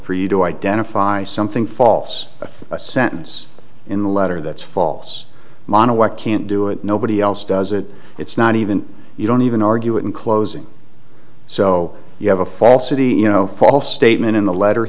for you to identify something false of a sentence in the letter that's false monna why can't do it nobody else does it it's not even you don't even argue it in closing so you have a falsity you know false statement in the letter